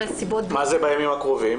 מקרים של אלימות במשפחה ושל פגיעה מינית.